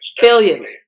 Billions